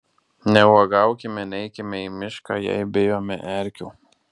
neuogaukime neikime į mišką jei bijome erkių